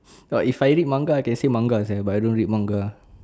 no if I read manga I can say manga sia but I don't read manga